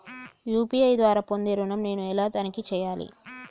UPI ద్వారా పొందే ఋణం నేను ఎలా తనిఖీ చేయాలి?